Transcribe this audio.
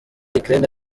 ukraine